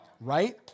right